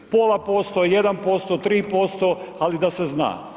Pola %, 1%, 3%, ali da se zna.